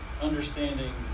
understanding